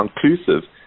conclusive